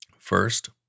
First